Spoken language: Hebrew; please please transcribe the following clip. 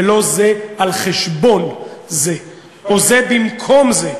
ולא זה על חשבון זה או זה במקום זה.